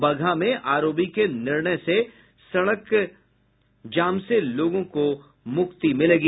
बगहा में आरओबी के निर्णय से सड़क जाम से लोगों को मुक्ति मिलेगी